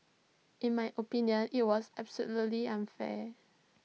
in my opinion IT was absolutely unfair